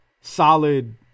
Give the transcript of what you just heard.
solid